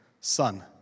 Son